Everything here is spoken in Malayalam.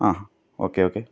ആ ഓക്കെ ഓക്കെ